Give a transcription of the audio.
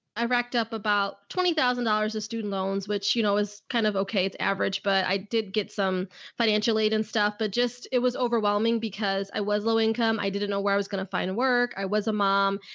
i racked up about twenty thousand dollars of student loans, which you know, is. kind of, okay, it's average, but i did get some financial aid and stuff, but just, it was overwhelming because i was low income. i didn't know where i was going to find a work. i was a mom.